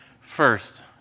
First